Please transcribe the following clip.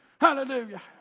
Hallelujah